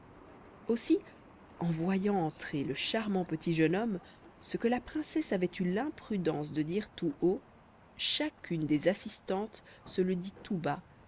aussi en voyant entrer le charmant petit jeune homme ce que la princesse avait eu l'imprudence de dire tout haut chacune des assistantes se le dit tout bas